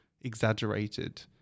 exaggerated